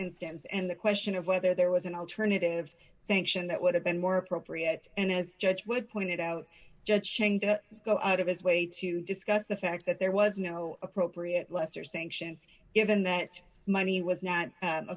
instance and the question of whether there was an alternative sanction that would have been more appropriate and as judge would point it out judge shang to go out of his way to discuss the fact that there was no appropriate lesser sanction given that money was not a